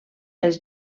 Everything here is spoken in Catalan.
els